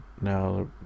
now